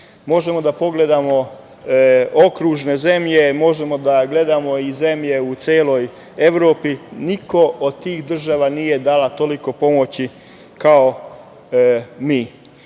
Možemo da pogledamo okružne zemlje, možemo da gledamo i zemlje u celoj Evropi, nijedna od tih država nije dala toliko pomoći kao